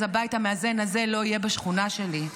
אז הבית המאזן הזה לא יהיה בשכונה שלי,